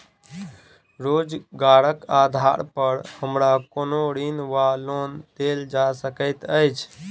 रोजगारक आधार पर हमरा कोनो ऋण वा लोन देल जा सकैत अछि?